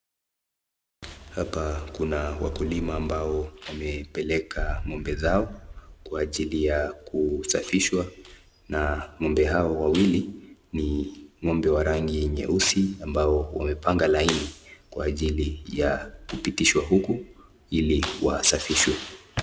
Hapa kuna wakulima ambao wamepeleka ng'ombe zao kwa ajili ya kusafishwa na ng'ombe hao wawili ni ng'ombe wenye rangi ya nyeusi ambao wamepanga laini kwa ajili ya kupitishwa huku ili wasafishwe.